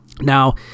Now